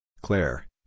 Claire